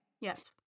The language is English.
yes